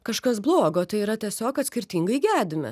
kažkas blogo tai yra tiesiog kad skirtingai gedime